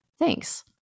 Thanks